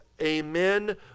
amen